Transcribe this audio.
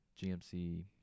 GMC